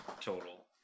total